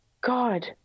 god